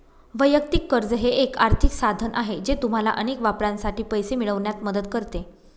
वैयक्तिक कर्ज हे एक आर्थिक साधन आहे जे तुम्हाला अनेक वापरांसाठी पैसे मिळवण्यात मदत करते